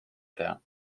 teha